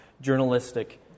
journalistic